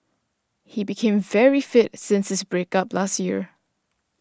he became very fit ever since his break up last year